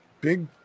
big